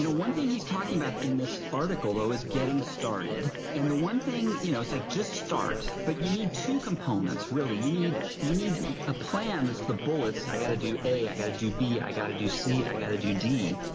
you know one thing he's talking about in this article though, is getting started. and the one thing, you know, it's like just start, but you need two components. really. you need, you need a plan. that's the bullets. i got to do a, i got to do b, i got to do c, i got to do d.